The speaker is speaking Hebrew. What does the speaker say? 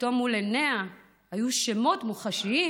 כשפתאום מול עיניה היו שמות מוחשיים,